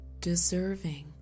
deserving